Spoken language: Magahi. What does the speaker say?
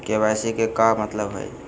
के.वाई.सी के का मतलब हई?